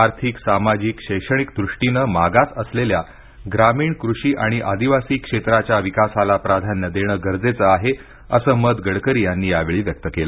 आर्थिक सामजिक शैक्षणिक द्रष्टीने मागास असलेल्या ग्रामीण कृषी आणि आदिवासी क्षेत्राच्या विकासाला प्राधान्य देणं गरजेचं आहे असं मत गडकरी यांनी यावेळी व्यक्त केलं